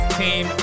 team